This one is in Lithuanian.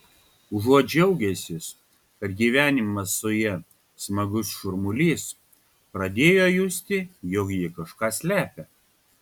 užuot džiaugęsis kad gyvenimas su ja smagus šurmulys pradėjo justi jog ji kažką slepia